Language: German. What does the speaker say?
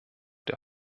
der